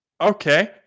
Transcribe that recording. Okay